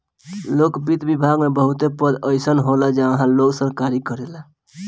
लोक वित्त विभाग में बहुत पद अइसन होला जहाँ लोग नोकरी करेला